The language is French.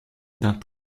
d’un